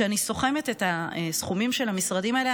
כשאני סוכמת את הסכומים של המשרדים האלה,